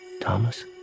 Thomas